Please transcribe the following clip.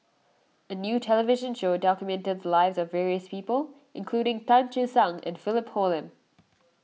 a new television show documented the lives of various people including Tan Che Sang and Philip Hoalim